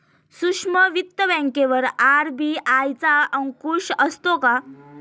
सूक्ष्म वित्त बँकेवर आर.बी.आय चा अंकुश असतो का?